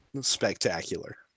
spectacular